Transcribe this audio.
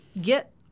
get